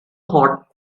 hot